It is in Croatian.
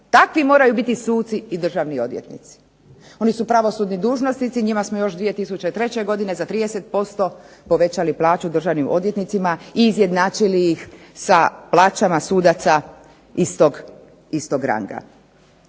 Takvi moraju biti suci i državni odvjetnici. Oni su pravosudni dužnosnici, njima smo još 2003. godine za 30% povećali plaću državnim odvjetnicima i izjednačili ih sa plaćama sudaca istog ranga.